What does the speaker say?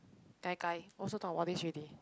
gai-gai also talk about this already